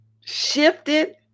shifted